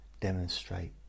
demonstrate